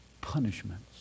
punishments